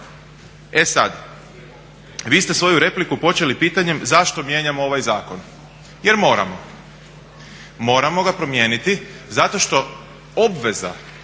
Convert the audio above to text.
E sad, vi ste svoju repliku počeli pitanjem zašto mijenjamo ovaj zakon? Jer moramo, moramo ga promijeniti zato što obveza